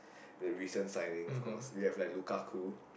the recent signing of course we have like Lukaku